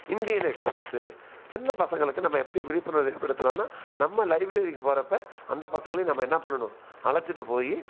Indian express சின்ன பசங்களுக்கு நம்ம எப்படி விழிப்புணர்வு ஏற்படுத்தலானால் நம்ம லைப்ரரிக்கு போகிறப்ப அந்தப் பசங்களையும் நம்ம என்ன பண்ணணும் அழைச்சிட்டு போய்